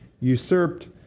usurped